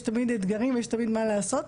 יש תמיד אתגרים, יש תמיד מה לעשות,